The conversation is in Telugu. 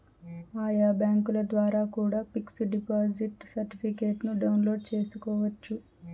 ఆయా బ్యాంకుల ద్వారా కూడా పిక్స్ డిపాజిట్ సర్టిఫికెట్ను డౌన్లోడ్ చేసుకోవచ్చు